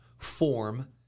form